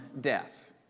death